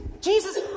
Jesus